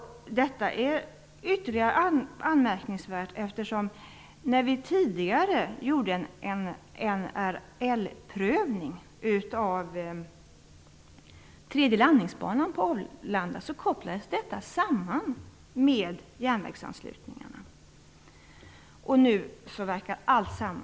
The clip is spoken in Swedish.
Detta är ytterligare anmärkningsvärt, eftersom den tredje landningsbanan på Arlanda kopplades samman med järnvägsanslutningarna när vi gjorde en NRL prövning tidigare.